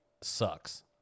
sucks